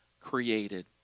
created